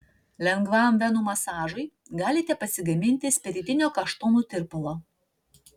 lengvam venų masažui galite pasigaminti spiritinio kaštonų tirpalo